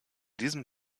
diesem